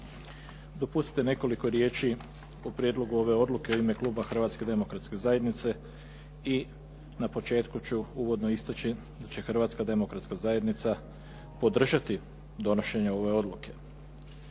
Dopustite nekoliko riječi o prijedlogu ove odluke u ime kluba Hrvatske demokratske zajednice i na početku ću uvodno istaći da će Hrvatska demokratska zajednica podržati donošenje ove odluke.